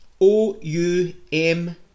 O-U-M